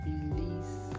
Release